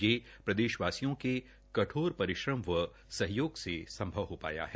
यह प्रदेशवासियों के कठोर परिश्रम एवं सहयोग से सम्भव हो पाया है